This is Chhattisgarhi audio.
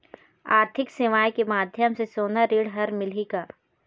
आरथिक सेवाएँ के माध्यम से सोना ऋण हर मिलही का?